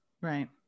Right